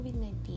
COVID-19